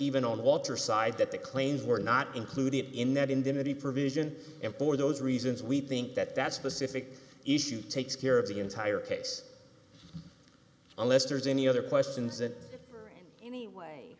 the water side that the claims were not included in that indemnity provision and for those reasons we think that that's specific issue takes care of the entire case unless there's any other questions that any way